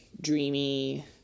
dreamy